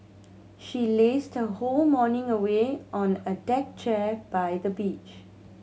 she lazed her whole morning away on a deck chair by the beach